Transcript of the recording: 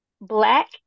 black